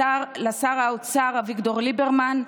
לשר האוצר אביגדור ליברמן,